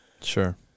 Sure